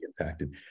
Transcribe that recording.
impacted